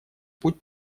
путь